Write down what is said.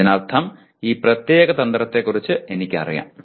അതിനർത്ഥം ഈ പ്രത്യേക തന്ത്രത്തെക്കുറിച്ച് എനിക്കറിയാം